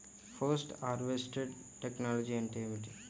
Post harvest technology అంటే ఏమిటి?